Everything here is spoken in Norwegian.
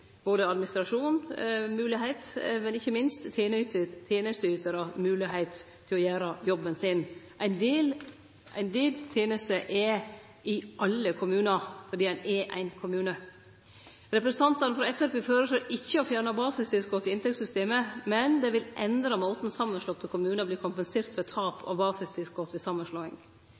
både administrasjonen og ikkje minst tenesteytarar moglegheit til å gjere jobben sin. Ein del tenester er i alle kommunar – fordi dei er ein kommune. Representantane frå Framstegspartiet føreslår ikkje å fjerne basistilskotet i inntektssystemet, men dei vil endre måten samanslåtte kommunar vert kompenserte på for tap av basistilskot ved samanslåing.